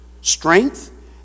Strength